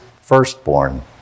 firstborn